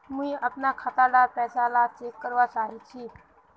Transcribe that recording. मुई अपना खाता डार पैसा ला चेक करवा चाहची?